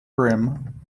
brim